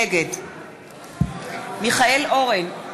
נגד מיכאל אורן,